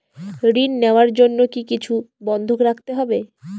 ঋণ নেওয়ার জন্য কি কিছু বন্ধক রাখতে হবে?